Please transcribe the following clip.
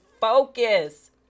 focus